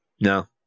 No